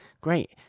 great